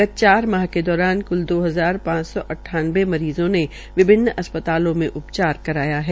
गत चार माह के दौरान क्ल दो हजार पांच सौं अट्ठानवे मरीजों ने विभिन्न अस्पतालों में उपचार कराया है